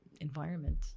environment